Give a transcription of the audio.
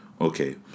Okay